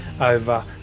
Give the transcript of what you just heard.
over